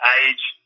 age